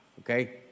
okay